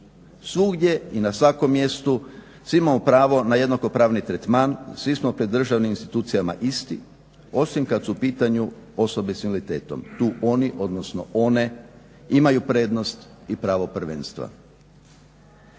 Svugdje i na svakom mjestu svi imamo pravo na jednakopravni tretman, svi smo pred državnim institucijama isti osim kad su u pitanju osobe s invaliditetom tu oni, odnosno one imaju prednost i pravo prvenstva.